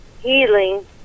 healing